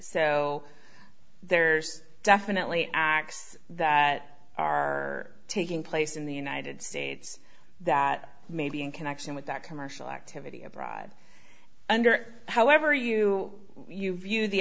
so there's definitely acts that are taking place in the united states that may be in connection with that commercial activity abroad under however you you view the